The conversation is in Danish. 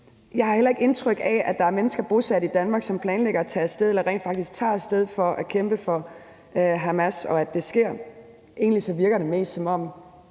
Jeg har heller ikke indtryk af, at der er mennesker bosat i Danmark, som planlægger at tage af sted eller rent faktisk tager af sted for at kæmpe for Hamas, og at det altså sker. Egentlig virker det mest, som om